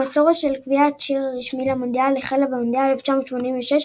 המסורת של קביעת שיר רשמי למונדיאל החלה במונדיאל 1986,